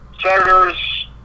senators